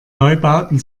neubauten